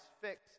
fixed